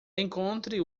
encontre